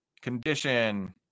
condition